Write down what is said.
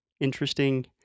Interesting